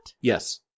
Yes